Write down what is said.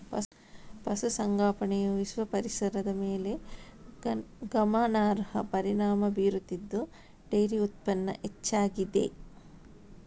ಪಶು ಸಂಗೋಪನೆಯು ವಿಶ್ವ ಪರಿಸರದ ಮೇಲೆ ಗಮನಾರ್ಹ ಪರಿಣಾಮ ಬೀರುತ್ತಿದ್ದು ಡೈರಿ ಉತ್ಪನ್ನ ಹೆಚ್ಚಾಗಿದೆ